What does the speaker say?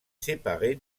séparée